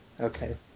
Okay